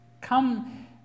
Come